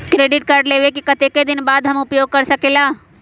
Credit card लेबे के कतेक दिन बाद हम उपयोग कर सकेला?